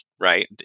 right